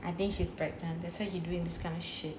I think she's pregnant that's why he doing this kind of shit